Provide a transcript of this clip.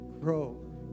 grow